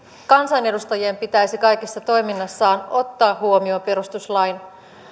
kansanedustajien pitäisi kaikessa toiminnassaan ottaa huomioon perustuslain